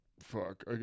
Fuck